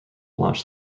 launch